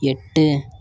எட்டு